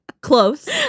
Close